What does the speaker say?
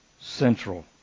central